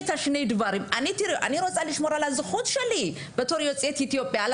אני רוצה לשמור על הזכות שלי בתור יוצאת אתיופיה,